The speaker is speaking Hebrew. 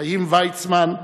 חיים ויצמן,